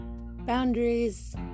boundaries